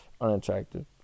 unattractive